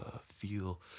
feel